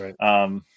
Right